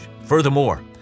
Furthermore